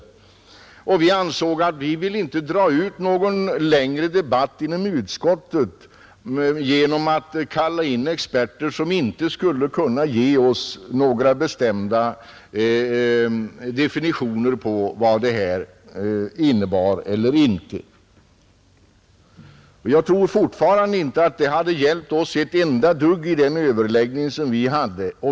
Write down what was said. Vi ville inte dra ut någon längre debatt inom utskottet genom att kalla in experter som inte skulle kunna ge oss några bestämda definitioner på vad det här innebar. Jag tror fortfarande inte att det hade hjälpt oss ett enda dugg i den överläggning som vi hade.